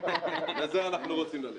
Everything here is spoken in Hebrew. לזה אנחנו רוצים ללכת.